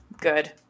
Good